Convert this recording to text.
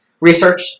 research